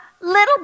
little